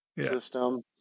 system